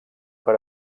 per